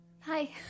Hi